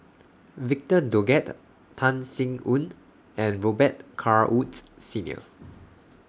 Victor Doggett Tan Sin Aun and Robet Carr Woods Senior